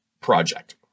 project